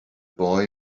boy